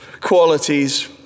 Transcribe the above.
qualities